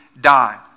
die